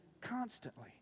constantly